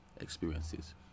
experiences